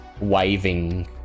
waving